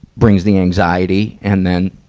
brings the anxiety. and then,